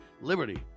Liberty